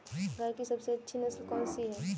गाय की सबसे अच्छी नस्ल कौनसी है?